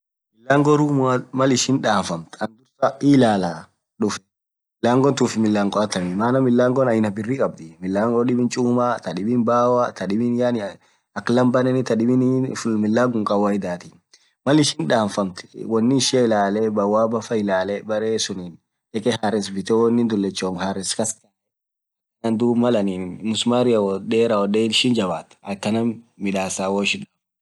Milango roomuan mal ishin dhafamthe ann dhurasaaa hii ilala dhufee milangon tuffi milango athammii milangon aina birri khabdhi milango dhibin chumma thaa dhibi bao dhibin yaan aka laama bhanen thaa dhibii milangom kawaidathi Mal ishin dhafamthu wonn ishia ilale bawaba faa ilale beree sunnin dheke hares bithe won dhulechomm iss kaskae Mal dhub msumariian woth dheee rawodhe ishin jabba thuu akhanan midhasa woishin dhafamtu